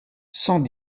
cent